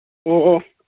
ꯑꯣ ꯑꯣ